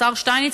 השר שטייניץ,